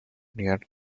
near